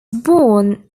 born